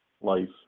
life